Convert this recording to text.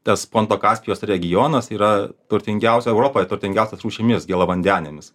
tas ponto kaspijos regionas yra turtingiausia europoje turtingiausias rūšimis gėlavandenėmis